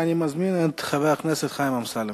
אני מזמין את חבר הכנסת חיים אמסלם.